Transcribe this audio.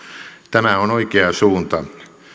tämä on oikea suunta